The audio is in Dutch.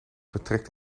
vertrekt